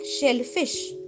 shellfish